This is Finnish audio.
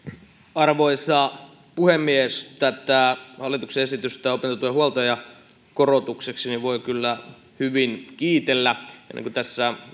arvoisa puhemies tätä hallituksen esitystä opintotuen huoltajakorotukseksi voi kyllä hyvin kiitellä niin kuin